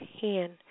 hand